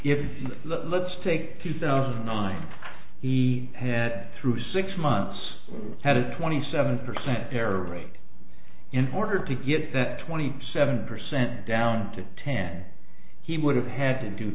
if let's take two thousand and nine he had through six months had a twenty seven percent error rate in order to get that twenty seven percent down to ten he would have had